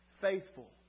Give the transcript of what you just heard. faithful